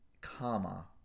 comma